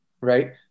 right